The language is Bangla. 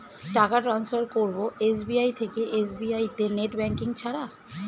টাকা টান্সফার করব এস.বি.আই থেকে এস.বি.আই তে নেট ব্যাঙ্কিং ছাড়া?